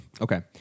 Okay